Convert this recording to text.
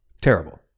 terrible